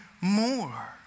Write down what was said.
more